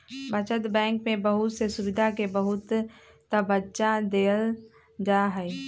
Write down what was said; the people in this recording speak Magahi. बचत बैंक में बहुत से सुविधा के बहुत तबज्जा देयल जाहई